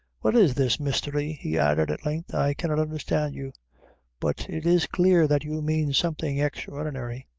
what is this mystery? he added at length i cannot understand you but it is clear that you mean something extraordinary.